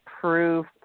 proof